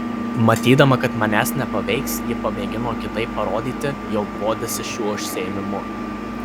matydama kad manęs nepaveiks ji pamėgino kitaip parodyti jog bodisi šiuo užsiėmimu